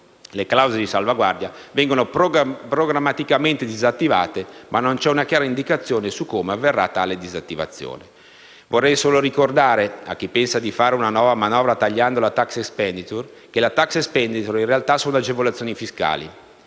le clausole di salvaguardia vengono programmaticamente disattivate, ma non c'è una chiara indicazione su come avverrà tale disattivazione. A chi pensa di fare una nuova manovra tagliando le *tax expenditures* vorrei solo ricordare che, in realtà, esse sono agevolazioni fiscali.